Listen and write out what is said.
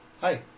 Hi